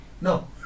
No